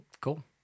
Cool